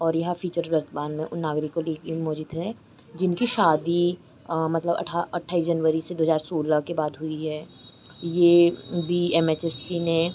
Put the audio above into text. और यह फ़ीचर वर्तमान में उन नागरिकों लिए इन मौजूद है जिनकी शादी मतलब अट्ठाइस जनवरी से दो हज़ार सोलह के बाद हुई है यह बी एम एच सी ने